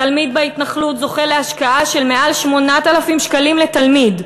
תלמיד בהתנחלות זוכה להשקעה של מעל 8,000 שקלים לתלמיד,